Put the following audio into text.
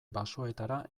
basoetara